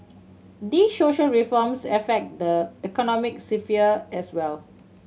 these social reforms affect the economic sphere as well